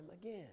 again